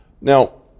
Now